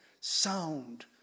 Sound